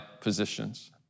positions